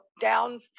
down